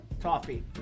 Toffee